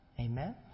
Amen